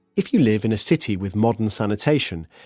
if you live in a city with modern sanitation,